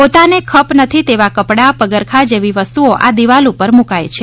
પોતાને ખપ નથી તેવા કપડાં પગરખાં જેવી વસ્તુઓ આ દિવાલ ઉપર મૂકાય છે